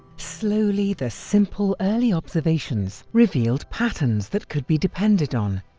slowly the simple early observations revealed patterns that could be depended upon,